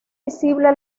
visible